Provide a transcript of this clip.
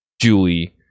Julie